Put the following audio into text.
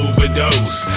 Overdose